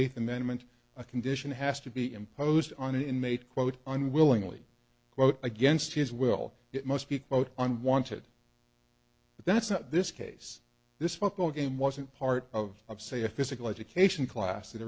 eighth amendment a condition has to be imposed on an inmate quote unwillingly quote against his will it must be quote unwanted but that's not this case this football game wasn't part of of say a physical education class